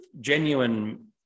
genuine